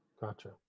Gotcha